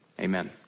Amen